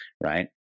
right